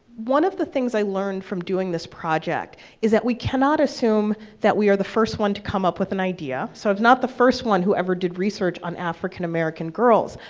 one of the things i learned from doing this project is that we cannot assume that we are the first one to come up with an idea. so i'm not the first one who ever did research on african-american girls.